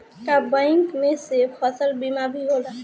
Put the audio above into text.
का बैंक में से फसल बीमा भी होला?